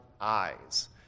eyes